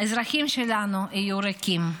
האזרחים שלנו, יהיו ריקים.